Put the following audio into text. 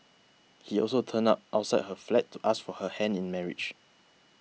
he also turned up outside her flat to ask for her hand in marriage